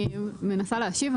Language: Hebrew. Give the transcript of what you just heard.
אני מנסה להשיב.